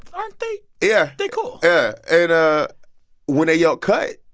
aren't they yeah they cool yeah. and when they yelled cut,